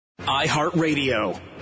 iHeartRadio